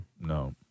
No